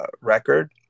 record